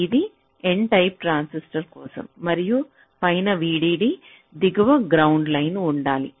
ఇది n type transistor కోసం మరియు పైన VDD దిగువ గ్రౌండ్ లైన్ ఉండాలి